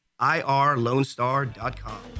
irlonestar.com